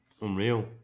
Unreal